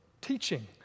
teaching